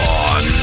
on